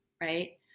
Right